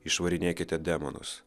išvarinėkite demonus